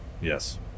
Yes